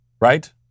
right